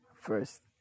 first